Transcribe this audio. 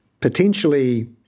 potentially